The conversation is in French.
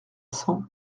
cents